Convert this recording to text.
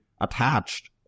attached